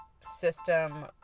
system